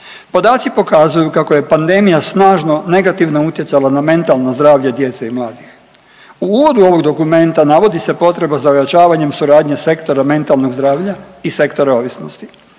Podaci pokazuju kako je pandemija snažno negativno utjecala na mentalno zdravlje djece i mladih. U uvodu ovog dokumenta navodi se potreba za ojačavanjem suradnje sektora mentalnog zdravlja i sektora ovisnosti.